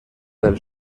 del